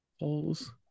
Holes